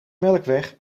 melkweg